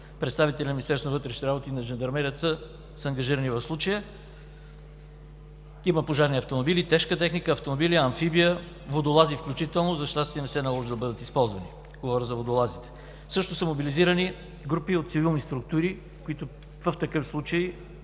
вътрешните работи, на жандармерията са ангажирани в случая. Има пожарни автомобили, тежка техника, автомобили амфибия, водолази включително. За щастие не се наложи да бъдат използвани – говоря за водолазите. Също са мобилизирани групи от цивилни структури, които в такъв случай